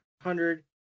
hundred